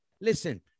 Listen